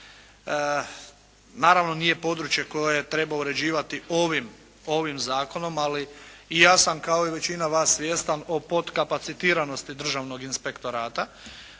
Naravno nije područje koje treba uređivati ovim, ovim Zakonom, ali i ja sam kao i većina vas svjestan o podkapacitiranosti državnog inspektorata.